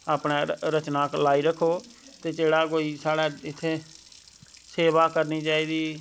अपने रचना लाई रक्खो ते जेह्ड़ा कोई स्हाड़ै इत्थे सेवा करनी चाहिदी